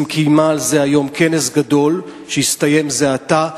קיימה על זה כנס גדול שהסתיים זה עתה.